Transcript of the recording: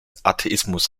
atheismus